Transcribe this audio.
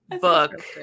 book